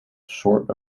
short